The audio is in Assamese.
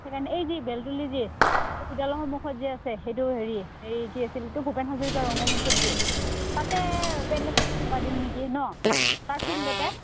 সেইকাৰণে এই যি বিদ্যালয় সন্মুখত যে আছে সেইটো হেৰি এই কি আছিল এইটো ভূপে হাজৰিকাৰকা ৰংগমঞ্চত যিয়ে তাতে পেণ্ডেল দিওঁ নেকি ন তাৰ ফিল্ডতে